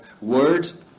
words